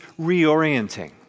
reorienting